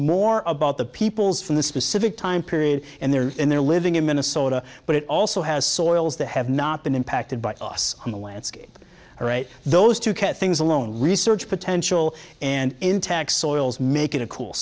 more about the peoples from the specific time period and there in their living in minnesota but it also has soils they have not been impacted by us on the landscape right those two things alone research potential and intact soils make it a cool